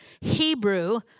Hebrew